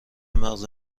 مغز